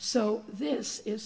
so this is